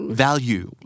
value